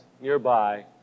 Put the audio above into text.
nearby